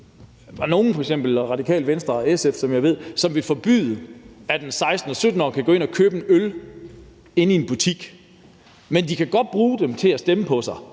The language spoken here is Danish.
Der er nogle fra f.eks. Radikale Venstre og SF, som jeg ved vil forbyde, at en 16-årig eller 17-årig kan gå ind og købe en øl inde i en butik, men de kan godt bruge dem til at stemme på sig